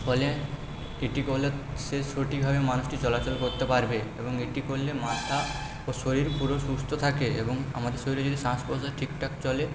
ফলে এটি করলে সে সঠিকভাবে মানুষটি চলাচল করতে পারবে এবং এটি করলে মাথা ও শরীর পুরো সুস্থ থাকে এবং আমাদের শরীরে যদি শ্বাস প্রশ্বাস ঠিকঠাক চলে